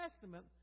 Testament